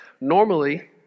Normally